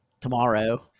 tomorrow